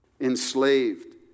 enslaved